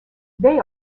they